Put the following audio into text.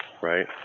right